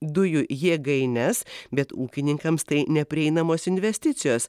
dujų jėgaines bet ūkininkams tai neprieinamos investicijos